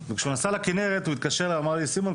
וכשהוא נסע לכנרת הוא התקשר אליי ואמר לי: סימון,